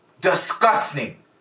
disgusting